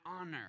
honor